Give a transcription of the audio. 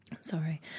sorry